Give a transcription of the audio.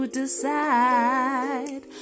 decide